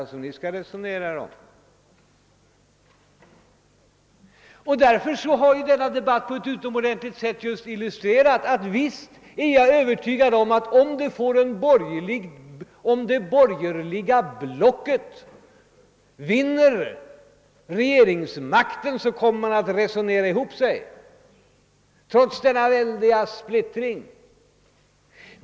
Denna debatt har gjort mig övertygad om att, ifall det borgerliga blocket vinner regeringsmakten, kommer det att kunna resonera ihop sig trots denna stora splittring.